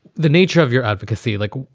the nature of your advocacy. like